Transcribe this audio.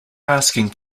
asking